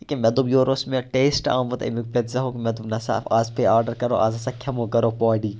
لیکِن مےٚ دوٚپ یورٕ اوس مےٚ ٹیسٹ آمُت اَمیُک پِتزاہُک مےٚ دوٚپ نہ سا اَز پے آڈَر کَرُن اَز ہَسا کھٮ۪مو کَرو پاڈی